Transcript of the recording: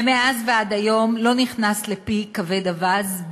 ומאז ועד היום לא נכנס לפי כבד אווז,